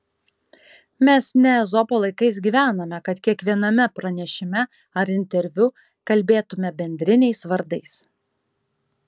mes ne ezopo laikais gyvename kad kiekviename pranešime ar interviu kalbėtume bendriniais vardais